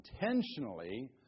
intentionally